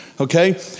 Okay